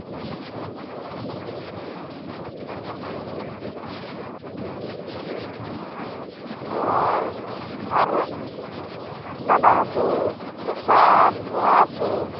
ᱚᱸᱻ ᱟᱨ ᱰᱟᱸᱰᱟ ᱦᱟᱹᱥᱩ ᱯᱮᱥᱟᱨ ᱵᱚᱦᱚᱜ ᱦᱟᱹᱥᱩ